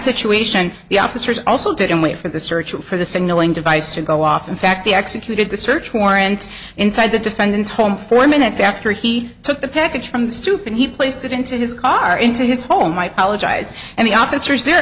situation the officers also didn't wait for the search for the signaling device to go off in fact the executed the search warrant inside the defendant's home four minutes after he took the package from stooping he placed it into his car into his home my college eyes and the officers there